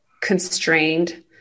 constrained